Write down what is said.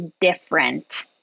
different